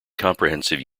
comprehensive